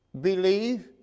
believe